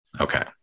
Okay